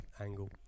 angle